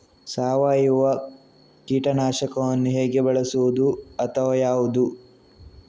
ಸಾವಯವದಲ್ಲಿ ಕೀಟನಾಶಕವನ್ನು ಹೇಗೆ ಬಳಸುವುದು ಅಥವಾ ಯಾವುದು?